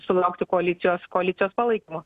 sulaukti koalicijos koalicijos palaikymo